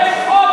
אני הייתי אצלו,